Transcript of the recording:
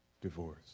divorce